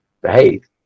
behave